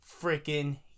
freaking